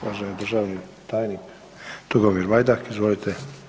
Uvaženi državni tajnik, Tugomir Majdak, izvolite.